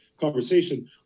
conversation